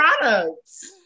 products